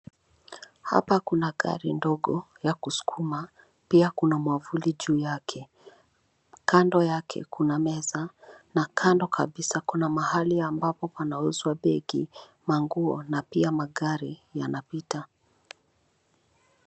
Hapa kuna gari ndogo la kusukuma pia kuna mwavuli juu yake kando yake kuna meza na kando kabisa kuna mahali ambapo panauzwa begi, manguo pia magari yanapita.